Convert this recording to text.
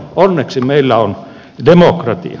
onneksi meillä on demokratia